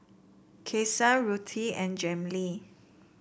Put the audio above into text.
Kason Ruthie and Jamey